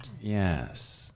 yes